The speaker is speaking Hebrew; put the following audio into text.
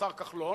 השר כחלון,